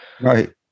Right